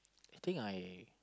I think I